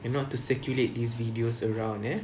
and not to circulate these videos around eh